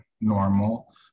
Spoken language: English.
Normal